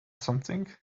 something